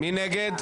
מי נגד?